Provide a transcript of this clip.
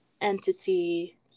entity